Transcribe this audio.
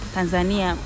Tanzania